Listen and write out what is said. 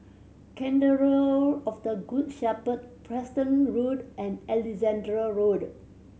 Cathedral of the Good Shepherd Preston Road and Alexandra Road